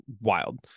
wild